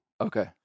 Okay